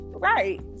Right